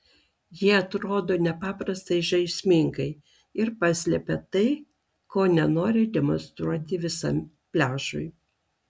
jie atrodo nepaprastai žaismingai ir paslepia tai ko nenori demonstruoti visam pliažui